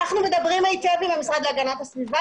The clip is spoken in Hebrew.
אנחנו מדברים היטב עם המשרד להגנת הסביבה